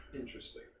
Interesting